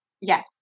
Yes